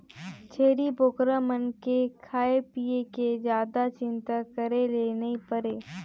छेरी बोकरा मन के खाए पिए के जादा चिंता करे ले नइ परे